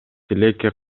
тилекке